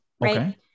right